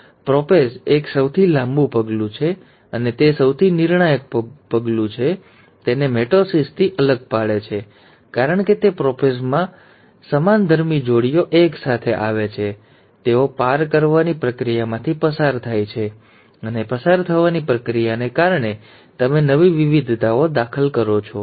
meiosis વનમાં prophase એક સૌથી લાંબુ પગલું છે અને તે સૌથી નિર્ણાયક પગલું છે જે તેને મિટોસિસથી અલગ પાડે છે કારણ કે તે પ્રોપેઝમાં છે કે સમાનધર્મી જોડીઓ એક સાથે આવે છે તેઓ પાર કરવાની પ્રક્રિયામાંથી પસાર થાય છે અને પસાર થવાની પ્રક્રિયાને કારણે તમે નવી વિવિધતાઓ દાખલ કરો છો